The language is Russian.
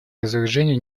разоружению